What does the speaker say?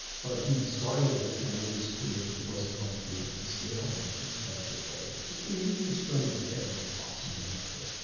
but we discarded it when it was clear that it wasn't going to be able to scale and in effective ways. we we experiment with every possible method.